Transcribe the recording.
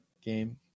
game